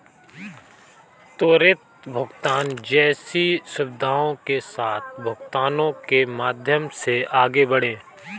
त्वरित भुगतान जैसी सुविधाओं के साथ भुगतानों के माध्यम से आगे बढ़ें